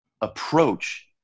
approach